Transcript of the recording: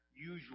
usual